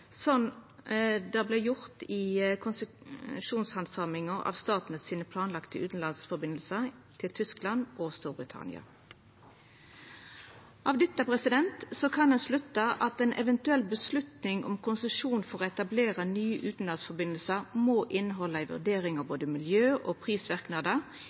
det vart gjort i konsesjonshandsaminga av Statnett sine planlagde utanlandsforbindelsar til Tyskland og Storbritannia. Av dette kan ein slutta at eit eventuelt vedtak om konsesjon for å etablera nye utanlandsforbindelsar må innehalda ei vurdering av miljø- og